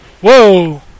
Whoa